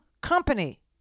company